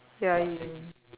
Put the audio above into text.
ya ya